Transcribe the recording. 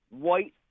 White